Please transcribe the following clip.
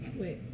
Wait